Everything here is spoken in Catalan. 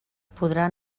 podrà